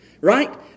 right